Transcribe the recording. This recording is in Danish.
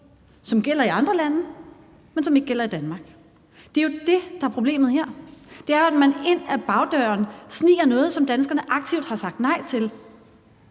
som gælder i andre lande, men som ikke gælder i Danmark. Det er jo det, der er problemet her, nemlig at man ind ad bagdøren sniger noget, som danskerne aktivt har sagt nej til.